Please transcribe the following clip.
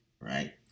Right